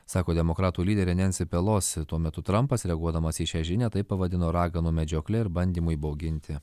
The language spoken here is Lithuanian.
sako demokratų lyderė nensi pelosi tuo metu trampas reaguodamas į šią žinią tai pavadino raganų medžiokle ir bandymu įbauginti